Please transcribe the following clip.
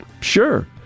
Sure